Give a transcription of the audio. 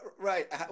Right